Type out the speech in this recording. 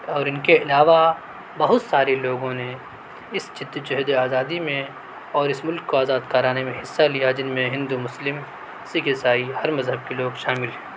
اور ان کے علاوہ بہت سارے لوگوں نے اس جدوجہد آزادی میں اور اس ملک کو آزاد کرانے میں حصہ لیا جن میں ہندو مسلم سکھ عیسائی ہر مذہب کے لوگ شامل ہیں